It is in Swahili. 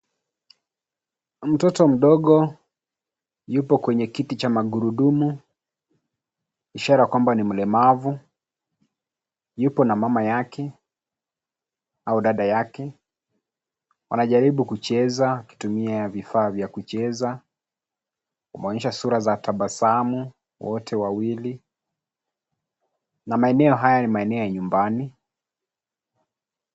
Mtoto mdogo yupo kwenye kiti cha magurudumu, ishara kwamba ni mlemavu, yupo na mama yake au dada yake. Wanajariu kucheza wakitumia vifaa vya kucheza ,kuonyesha sura za tabasamu wote wawili na maeneo haya ni maeneo ya nyumbani.